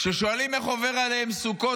כששואלים איך עובר עליהם סוכות,